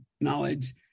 knowledge